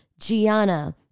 Gianna